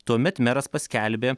tuomet meras paskelbė